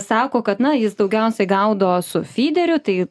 sako kad na jis daugiausiai gaudo su fyderiu tai